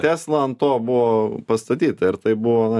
tesla ant to buvo pastatyta ir tai buvo na